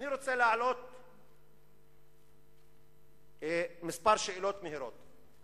אני רוצה להעלות כמה שאלות במהירות.